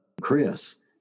Chris